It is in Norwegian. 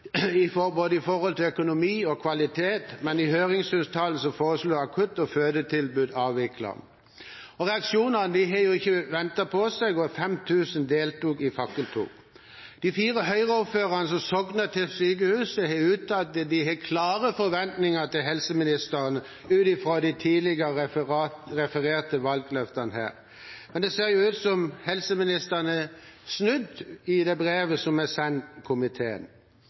det gjelder både økonomi og kvalitet, men i høringsnotatet foreslås akutt- og fødetilbudet avviklet. Reaksjonene har ikke latt vente på seg – 5 000 deltok i fakkeltog. De fire Høyre-ordførerne som sogner til sykehuset, har uttalt at de har klare forventninger til helseministeren ut fra de tidligere refererte valgløftene, men det ser ut som helseministeren har snudd i det brevet som er sendt komiteen.